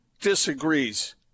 disagrees